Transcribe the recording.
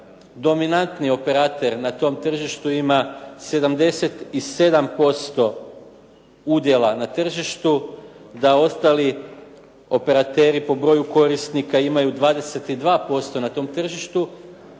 dominantni operater na tom tržištu ima 77% udjela na tržištu, da ostali operateri po broju korisnika imaju 22% na tom tržištu